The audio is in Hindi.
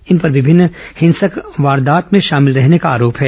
इन पर विभिन्न हिंसक वारदातों में शामिल रहने का आरोप है